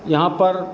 यहाँ पर